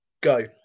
go